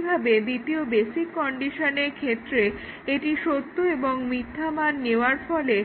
একইভাবে দ্বিতীয় বেসিক কন্ডিশনের ক্ষেত্রে এটি সত্য এবং মিথ্যা মান নেওয়ার ফলে